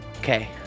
Okay